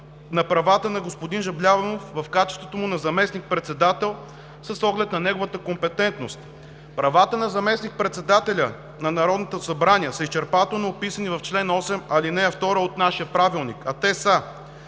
на правата на господин Жаблянов в качеството му на заместник-председател, с оглед на неговата компетентност. Правата на заместник-председателя на Народното събрание са изчерпателно описани в чл. 8, ал. 2 от нашия правилник, а те са: